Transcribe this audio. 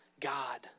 God